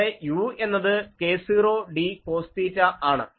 അവിടെ u എന്നത് k0d cos theta ആണ്